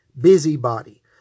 busybody